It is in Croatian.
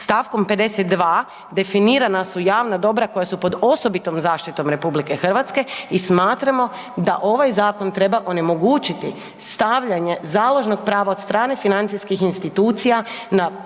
Stavkom 52. definirana su javna dobra koja su pod osobitom zaštitom RH i smatramo da ovaj zakon treba onemogućiti stavljanje založnog prava od strane financijskih institucija na mogućnost